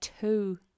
two